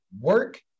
work